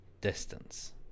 distance